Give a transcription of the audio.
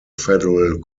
federal